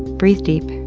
breathe deep,